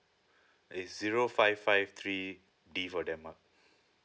it's zero five five three D for denmark